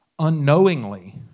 unknowingly